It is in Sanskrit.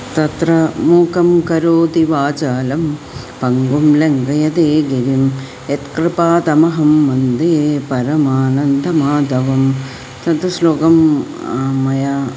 तत्र मूकं करोति वाचालं पङ्गुं लङ्घयते गिरिं यत्कृपातमहं वन्दे परमानन्दमाधवं तत् श्लोकं मया